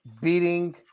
beating